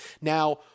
Now